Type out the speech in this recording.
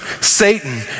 Satan